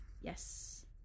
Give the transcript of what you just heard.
Yes